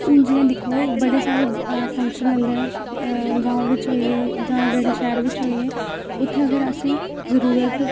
हुन जि'यां दिक्खो बड़े सारे फंक्शन होंदे न ग्रां बिच होई गे जां जेह्ड़े शैह्र च होई गे उत्थै अगर असें गी जरूरत